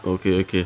okay okay